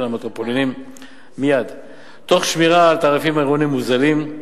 למטרופולינים תוך שמירה על תעריפים עירוניים מוזלים,